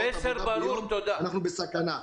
אנחנו בסכנה.